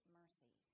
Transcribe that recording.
mercy